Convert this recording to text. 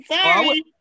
Sorry